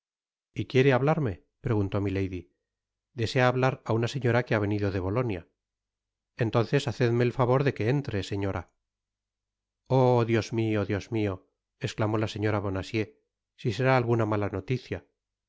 y quiere hablarme preguntó milady desea hablar á una seflora que ha venido de bolonia entonces hacedme el favor de que entre seüora oh dios mio dios mio esclamó la señora bonacieux si será alguna mala noticia